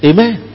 Amen